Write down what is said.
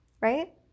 right